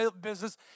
Business